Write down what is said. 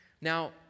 Now